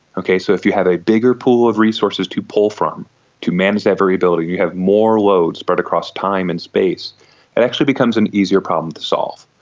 so if you have a bigger pool of resources to pull from to manage that variability you have more load spread across time and space, it actually becomes an easier problem to solve.